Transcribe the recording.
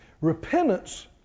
Repentance